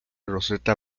roseta